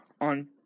On